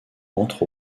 entre